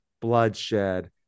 bloodshed